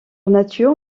nature